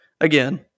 again